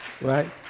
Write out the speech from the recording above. Right